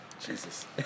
Jesus